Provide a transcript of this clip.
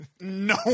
no